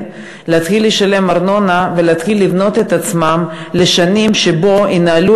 ולהתחיל לשלם ארנונה ולהתחיל לבנות את עצמם לשנים שבהן ינהלו